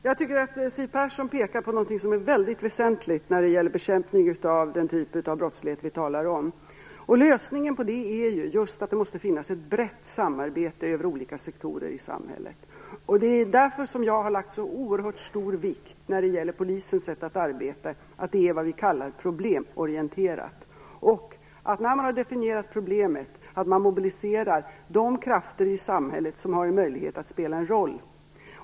Fru talman! Siw Persson pekar på någonting som är väldigt väsentligt när det gäller bekämpning av den typ av brottslighet vi talar om. Lösningen på det är just att det måste finnas ett brett samarbete över olika sektorer i samhället. Det är därför som jag när det gäller Polisens sätt att arbeta har lagt så oerhört stor vikt vid att det skall vara vad vi kallar problemorienterat. När man då har definierat problemet skall man mobilisera de krafter i samhället som har möjligheter att spela en roll.